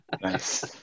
Nice